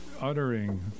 uttering